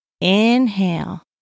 Inhale